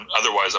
otherwise